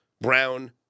Brown